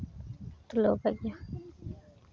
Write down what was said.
ᱛᱩᱞᱟᱹᱣ ᱟᱠᱟᱫ ᱜᱮᱭᱟ